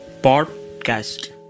Podcast